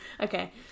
Okay